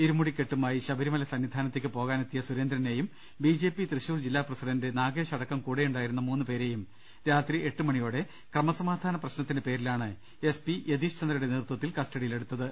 ഇരു മുടിക്കെട്ടുമായി ശബരിമല സന്നിധാനത്തേയ്ക്ക് പോകാ നെത്തിയ സുരേന്ദ്രനെയും ബിജെപി തൃശൂർ ജില്ലാ പ്രസിഡണ്ട് നാഗേഷ് അടക്കം കൂടെയുണ്ടായിരുന്ന മൂന്ന് പേരെയും രാത്രി എട്ട് മണിയോടെ ക്രമസമാധാന പ്രശ്ന ത്തിന്റെ പേരിലാണ് എസ് പി യതീഷ്ചന്ദ്രയുടെ നേതൃത്വത്തിൽ കസ്റ്റഡിയി ലെടുത്തത്